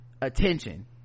attention